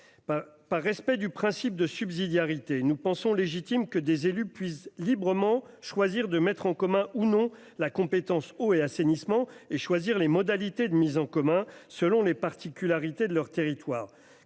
Par respect du principe de subsidiarité, nous jugeons légitime que des élus puissent librement choisir de mettre en commun, ou non, les compétences eau et assainissement et décider des modalités de cette mise en commun selon les particularités de leur territoire.